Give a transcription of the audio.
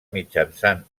mitjançant